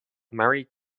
married